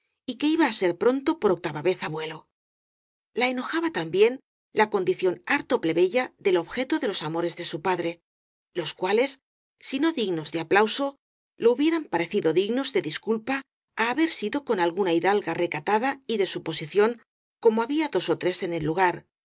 y que iba á ser pronto por octava vez abuelo la enojaba también la condición harto plebeya del objeto de los amores de su padre los cuales si no dignos de aplauso lo hubieran parecido dignos de disculpa á haber sido con alguna hidalga recatada y de su posición como había dos ó tres en el lugar